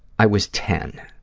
i was ten.